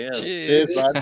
cheers